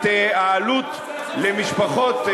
את העלות למשפחות,